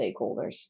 stakeholders